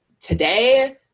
today